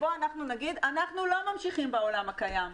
אנחנו נגיד שאנחנו לא ממשיכים בעולם הקיים.